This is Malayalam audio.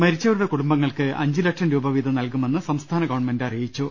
മരിച്ചവ രുടെ കുടുംബങ്ങൾക്ക് അഞ്ചുലക്ഷം രൂപ വീതം നൽകുമെന്ന് സംസ്ഥാന ഗവൺമെന്റ് അറിയിച്ചു